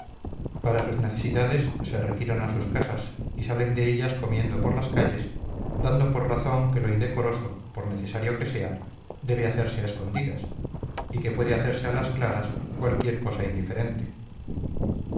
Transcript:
para sus necesidades se retiran a sus casas y salen de ellas comiendo por las calles dando por razón que lo indecoroso por necesario que sea debe hacerse a escondidas y que puede hacerse a las claras cualquier cosa indiferente